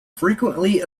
frequently